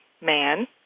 man